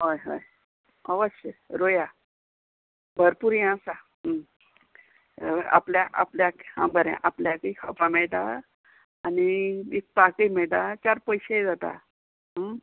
हय हय अवश्य रोया भरपूर हें आसा आपल्या आपल्याक हां बरें आपल्याकय खावपा मेयटा आनी एक पाकय मेयटा चार पयशेय जाता